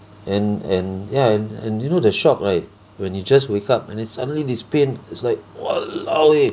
and and ya and and you know the shock right when you just wake up and then suddenly this pain it's like !walao! eh